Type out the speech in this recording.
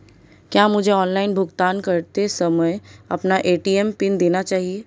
क्या मुझे ऑनलाइन भुगतान करते समय अपना ए.टी.एम पिन देना चाहिए?